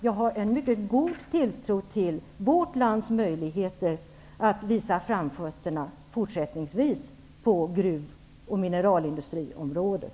Jag har en mycket god tilltro till vårt lands möjligheter att visa framfötterna fortsättningsvis på gruv och mineralindustriområdet.